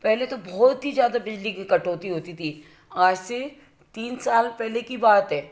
पहले तो बहुत ही ज़्यादा बिजली की कटौती होती थी आज से तीन साल पहले की बात है